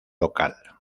local